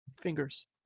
fingers